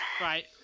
Right